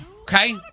Okay